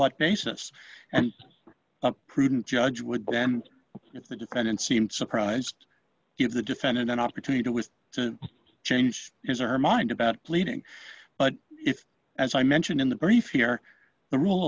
what basis and prudent judge would be and if the defendant seemed surprised if the defendant an opportunity to wish to change his or her mind about cleaning but if as i mention in the brief here the rule